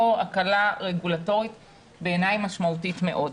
בעיניי זו הקלה רגולטורית משמעותית מאוד.